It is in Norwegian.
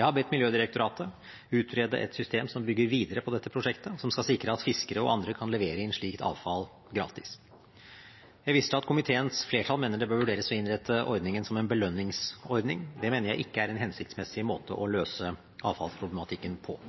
Jeg har bedt Miljødirektoratet utrede et system som bygger videre på dette prosjektet, som skal sikre at fiskere og andre kan levere inn slikt avfall gratis. Jeg viser til at komiteens flertall mener det bør vurderes å innrette ordningen som en belønningsordning. Det mener jeg ikke er en hensiktsmessig måte å løse avfallsproblematikken på.